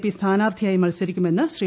P സ്ഥാനാർത്ഥിയായി മത്സരിക്കുമെന്ന് ശ്രീ